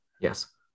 Yes